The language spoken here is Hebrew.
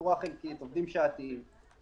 באתי הנה במקום להיות בממשלה.